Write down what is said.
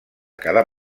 cada